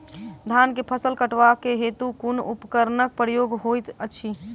धान केँ फसल कटवा केँ हेतु कुन उपकरणक प्रयोग होइत अछि?